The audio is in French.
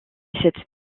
cette